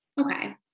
okay